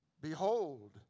Behold